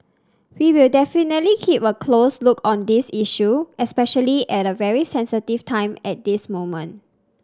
we will definitely keep a close look on this issue especially at a very sensitive time at this moment